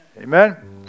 Amen